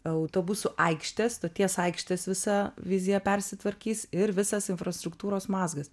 autobusų aikštės stoties aikštės visa vizija persitvarkys ir visas infrastruktūros mazgas